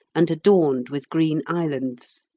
and adorned with green islands.